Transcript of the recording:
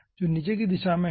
तो जो नीचे की दिशा में है